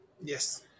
Yes